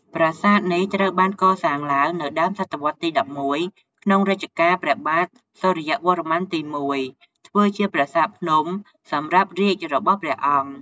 ប្រាសាទនេះត្រូវបានកសាងឡើងនៅដើមសតវត្សរ៍ទី១១ ក្នុងរជ្ជកាលព្រះបាទសូរ្យវរ្ម័នទី១ ធ្វើជាប្រាសាទភ្នំសម្រាប់រាជរបស់ព្រះអង្គ។